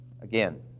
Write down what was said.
again